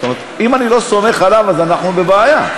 עכשיו, אם אני לא סומך עליו אז אנחנו בבעיה.